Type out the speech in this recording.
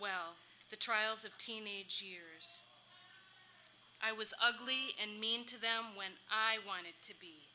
well the trials of teenage years i was ugly and mean to them when i wanted to be